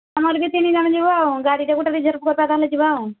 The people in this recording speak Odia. ଆମର ବି ତିନି ଜଣ ଯିବ ଗାଡ଼ିଟେ ଗୋଟେ ରିଜର୍ଭ କରିଦେବା ତାହାଲେ ଯିବା ଆଉ